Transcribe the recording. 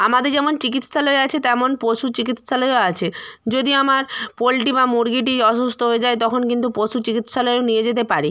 আমাদের যেমন চিকিৎসালয় আছে তেমন পশু চিকিৎসালয়ও আছে যদি আমার পোল্ট্রি বা মুরগীটি অসুস্থ হয়ে যায় তখন কিন্তু পশু চিকিৎসালয়েও নিয়ে যেতে পারে